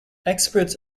experts